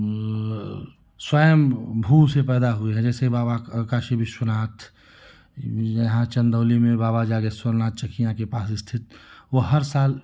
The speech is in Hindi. ओ स्वयं भू से पैदा हुए हैं जैसे बाबा काशी विश्वनाथ ऊँ यहाँ चन्दौली में बाबा जागेश्वर नाथ चकिया के पास स्थित वह हर साल